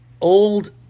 Old